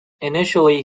initially